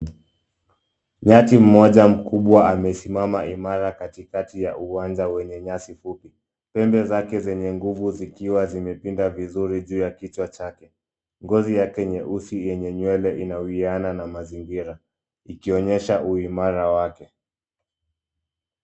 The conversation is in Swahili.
Nyati mmoja mkubwa amesimama imara katikati ya uwanja wenye nyasi fupi. Pembe zake zenye nguvu zikiwa zimepinda vizuri juu ya kichwa chake. Ngozi yake nyeusi yenye nywele inawiana na mazingira ikionyesha uimara wake.